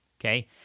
Okay